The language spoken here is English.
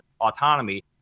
autonomy